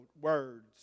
words